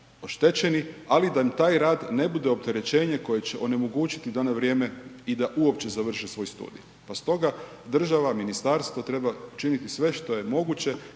ali da taj rad ne bude opterećenje koje će onemogućiti da na vrijeme i da uopće završe svoj studij pa stoga država, ministarstvo treba činiti sve što je moguće